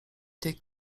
tej